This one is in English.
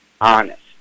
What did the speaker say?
honest